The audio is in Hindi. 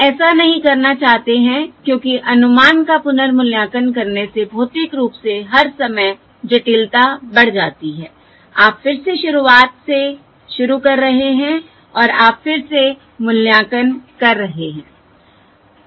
हम ऐसा नहीं करना चाहते हैं क्योंकि अनुमान का पुनर्मूल्यांकन करने से भौतिक रूप से हर समय जटिलता बढ़ जाती है आप फिर से शुरुआत से शुरू कर रहे हैं और आप फिर से मूल्यांकन कर रहे हैं